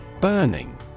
Burning